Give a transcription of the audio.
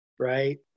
Right